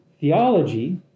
theology